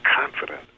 confident